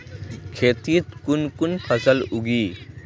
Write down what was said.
खेतीत कुन कुन फसल उगेई?